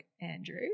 Andrew